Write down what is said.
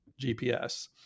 gps